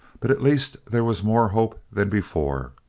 but at least there was more hope than before.